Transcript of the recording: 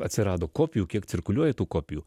atsirado kopijų kiek cirkuliuoja tų kopijų